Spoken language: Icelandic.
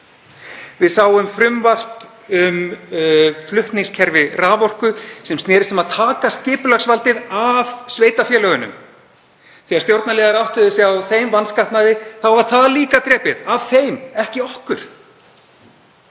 Við sáum frumvarp um flutningskerfi raforku sem snerist um að taka skipulagsvaldið af sveitarfélögunum. Þegar stjórnarliðar áttuðu sig á þeim vanskapnaði var það líka drepið, af þeim, ekki okkur.